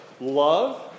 love